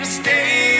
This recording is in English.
stay